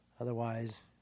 Otherwise